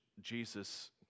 Jesus